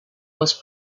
was